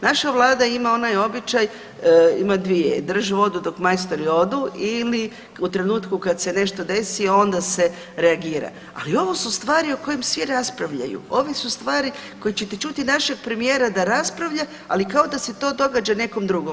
Naša Vlada ima onaj običaj, ima dvije, drži vodu dok majstori odu ili u trenutku kad se nešto desi onda se reagira, ali ovo su stvari o kojem svi raspravljaju, ove su stvari koje čuti našeg premijera da raspravlja, ali kao da se to događa nekom drugom.